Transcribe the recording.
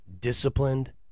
disciplined